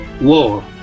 war